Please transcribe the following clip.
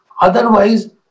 Otherwise